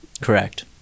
Correct